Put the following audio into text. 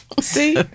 See